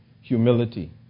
humility